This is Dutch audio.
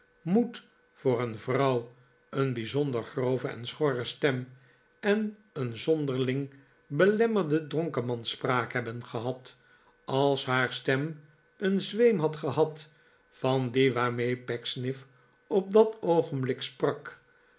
moet voor een vrouw een bij zonder grove en schorre stem en een zonderling belemmerde dronkemansspraak hebben gehad als haar stem een zweem had gehad van die waarmee pecksniff op dat oogenblik sprak